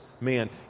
man